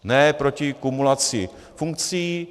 Ne proti kumulaci funkcí.